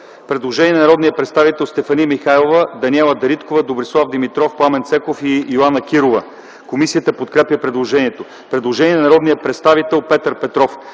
Предложение от народните представители Стефани Михайлова, Даниела Дариткова, Доброслав Димитров, Пламен Цеков и Йоана Кирова, което е подкрепено от комисията. Предложение от народния представител Петър Петров